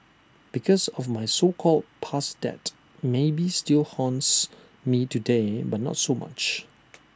because of my so called past debt maybe still haunts me today but not so much